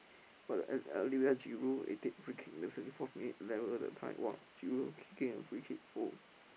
for the O~ Olivier-Giroud he take free kick in the seventy-fourth minute level the tie !wah! Giroud kicking a free-kick oh